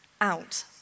out